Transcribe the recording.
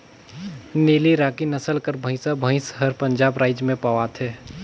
नीली राकी नसल कर भंइसा भंइस हर पंजाब राएज में पवाथे